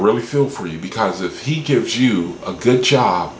really feel for you because if he gives you a good job